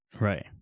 Right